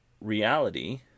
reality